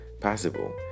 possible